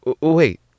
Wait